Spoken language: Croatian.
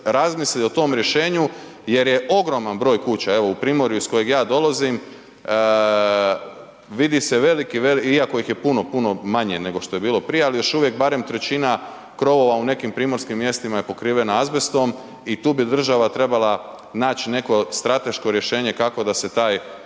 razmisli o tom rješenju jer je ogroman broj kuća, evo u Primorju iz kojeg ja dolazim vidi se veliki, veliki iako ih je puno, puno manje nego što je bilo prije, ali još uvijek barem trećina krovova u nekim primorskim mjestima je pokrivena azbestom i tu bi država trebala naći neko strateško rješenje kako da se taj